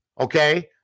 Okay